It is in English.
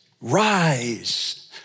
rise